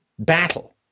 battle